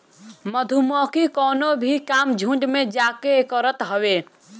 मधुमक्खी कवनो भी काम झुण्ड में जाके करत हवे